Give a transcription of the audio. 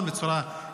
בצורה,